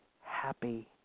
happy